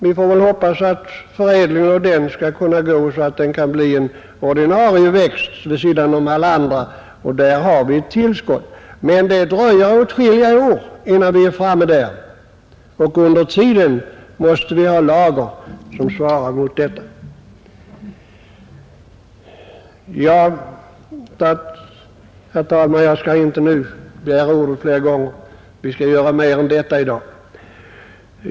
Vi får hoppas att förädlingen av åkerbönan skall fortskrida så att den kan bli en ordinarie växt vid sidan om alla andra. Då får vi ett tillskott i proteinförsörjningen genom den. Men det dröjer åtskilliga år innan vi är där. Under tiden måste vi ha lager som svarar häremot. Herr talman! Jag skall inte begära ordet fler gånger i denna debatt. Vi skall behandla fler ärenden än detta i dag.